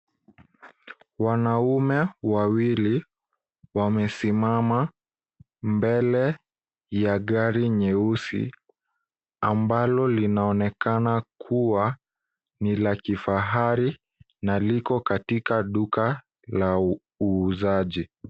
Wanaume wawili wamesimama mbele ya gari nyeusi ambalo linaonekana kuwa ni la kifahari na liko katika katika duka la uuzaji.